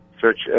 search